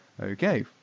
Okay